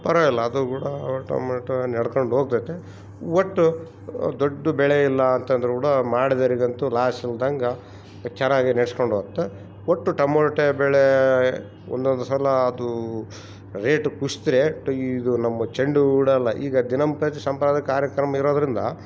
ಪರವಾಯಿಲ್ಲ ಅದು ಕೂಡ ಉಳ್ಟಮ್ಬಳ್ಟಾ ನಡ್ಕಂಡೋಗ್ತೈತೆ ಒಟ್ಟು ದೊಡ್ಡ ಬೆಳೆ ಇಲ್ಲ ಅಂತಂದರು ಕೂಡ ಮಾಡ್ದೊರಿಗಂತು ಲಾಸ್ ಇಲ್ದಂಗೆ ಚೆನ್ನಾಗೆ ನಡಸ್ಕೊಂಡೋಗ್ತಾ ಒಟ್ಟು ಟಮೋಟ ಬೆಳೆ ಒಂದೊಂದು ಸಲ ಅದು ರೇಟ್ ಕುಸಿದ್ರೆ ಇದು ನಮ್ಮ ಚೆಂಡು ಊಡಲ್ಲ ಈಗ ದಿನಂಪ್ರತಿ ಸಂಪ್ರದಾಯ ಕಾರ್ಯಕ್ರಮ ಇರೋದ್ರಿಂದ